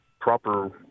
proper